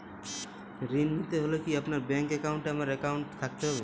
ঋণ নিতে হলে কি আপনার ব্যাংক এ আমার অ্যাকাউন্ট থাকতে হবে?